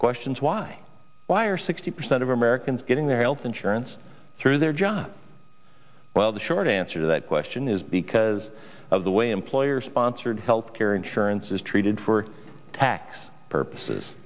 question is why why are sixty percent of americans getting their health insurance through their job well the short answer to that question is because of the way employer sponsored health care insurance is treated for tax purposes